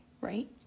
right